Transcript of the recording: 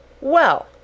Well